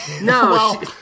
No